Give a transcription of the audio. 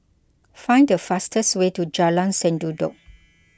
find the fastest way to Jalan Sendudok